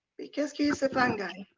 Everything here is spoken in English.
because he's a fun guy.